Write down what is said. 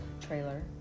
trailer